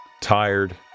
tired